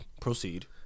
Proceed